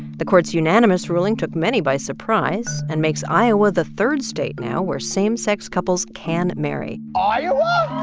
the court's unanimous ruling took many by surprise and makes iowa the third state now where same-sex couples can marry iowa?